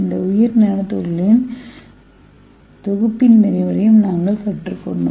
இந்த உயிர் நானோ துகள்களின் தொகுப்பின் நெறிமுறையையும் நாங்கள் கற்றுக்கொண்டோம்